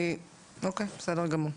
בסדר גמור.